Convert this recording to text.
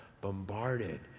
bombarded